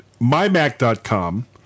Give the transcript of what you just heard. mymac.com